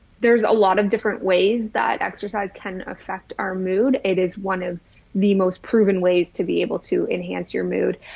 there's a lot of different ways that exercise can affect our mood. it is one of the most proven ways to be able to enhance your mood.